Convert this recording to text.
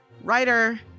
writer